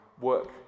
work